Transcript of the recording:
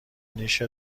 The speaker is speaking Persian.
نیشت